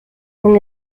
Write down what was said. con